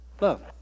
Love